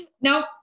Nope